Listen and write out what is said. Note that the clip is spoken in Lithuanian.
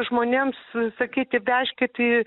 žmonėms sakyti vežkit į